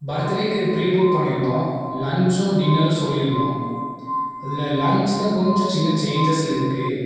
birth டேக்கு pre book பண்ணியிருந்தோம் லஞ்சும் டின்னரும் சொல்லியிருந்தோம் அதில் லஞ்சில் கொஞ்சம் சின்ன சேஞ்சஸில் இருக்குது